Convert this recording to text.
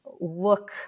look